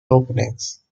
openings